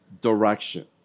direction